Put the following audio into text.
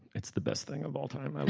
it's the best thing of all time. and